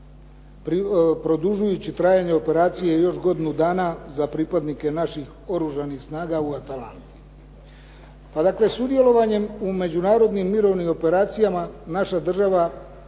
produžujući trajanje operacije još godinu dana za pripadnike naših Oružanih snaga u "Atalanti". Pa dakle, sudjelovanjem u međunarodnim mirovnim operacijama naša država